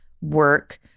work